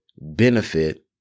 benefit